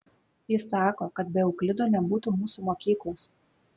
jis sako kad be euklido nebūtų mūsų mokyklos